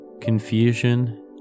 Confusion